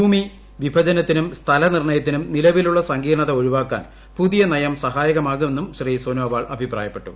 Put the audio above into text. ഭൂമി വിഭജനത്തിനും സ്ഥല നിർണയത്തിനും നിലവിലുള്ള സങ്കീർണത ഒഴിവാക്കാൻ പുതിയ നയം സഹായകമാകുമെന്നും ശ്രീ സോനോവാൾ അഭിപ്രായപ്പെട്ടു